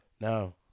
No